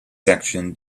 section